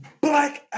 black